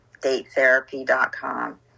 datetherapy.com